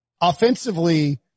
offensively